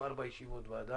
רק היום יש ארבע ישיבות ועדה